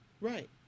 Right